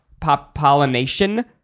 pollination